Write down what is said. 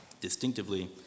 distinctively